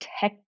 tech